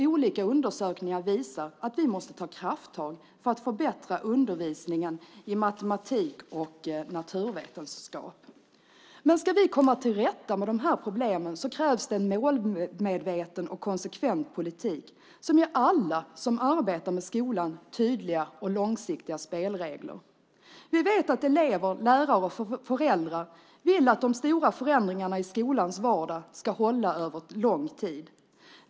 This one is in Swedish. Olika undersökningar visar att vi måste ta krafttag för att förbättra undervisningen i matematik och naturvetenskap. Ska vi komma till rätta med de här problemen krävs en målmedveten och konsekvent politik som ger alla som arbetar med skolan tydliga och långsiktiga spelregler. Vi vet att elever, lärare och föräldrar vill att de stora förändringarna i skolans vardag ska hålla över en lång tid.